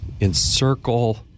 encircle